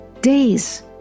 days